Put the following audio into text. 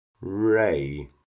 ray